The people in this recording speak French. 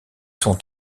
sont